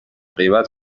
غیبت